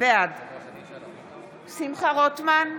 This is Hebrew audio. בעד שמחה רוטמן,